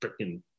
freaking